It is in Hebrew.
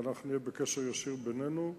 אנחנו נהיה בקשר ישיר בינינו,